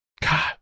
God